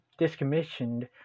discommissioned